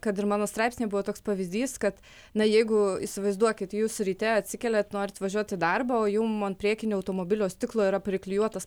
kad ir mano straipsnyje buvo toks pavyzdys kad na jeigu įsivaizduokit jūs ryte atsikeliat norit važiuoti į darbą o jum ant priekinių automobilio stiklo yra priklijuotas